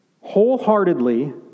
wholeheartedly